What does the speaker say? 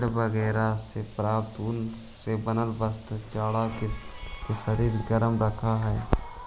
भेड़ बगैरह से प्राप्त ऊन से बनल वस्त्र जाड़ा में शरीर गरम रखऽ हई